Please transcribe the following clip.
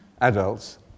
adults